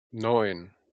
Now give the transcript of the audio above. neun